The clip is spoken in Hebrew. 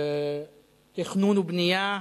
תכנון ובנייה,